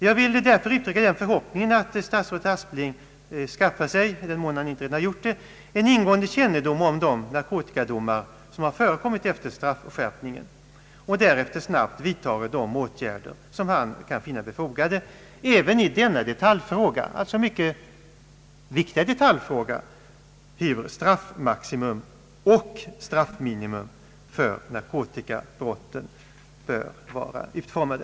Jag vill därför uttrycka den förhoppningen att statsrådet Aspling — i den mån han inte redan har gjort det — skaffar sig ingående kännedom om de narkotikadomar som har förekommit efter straffskärpningen och därefter snabbt vidtar de åtgärder som han kan finna befogade även i denna mycket viktiga detaljfråga om hur straffmaximum och straffminimum för narkotikabrott bör vara utformade.